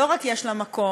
לא רק יש לה מקום,